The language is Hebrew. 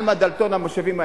בעלמה ובדלתון, המושבים האלה.